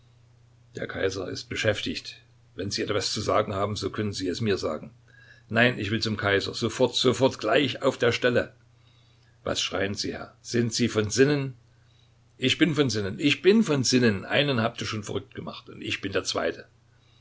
der kaiser ist beschäftigt wenn sie etwas zu sagen haben so können sie es mir sagen nein ich will zum kaiser sofort sofort gleich auf der stelle was schreien sie herr sind sie von sinnen ich bin von sinnen ich bin von sinnen einen habt ihr schon verrückt gemacht und ich bin der zweite